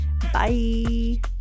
Bye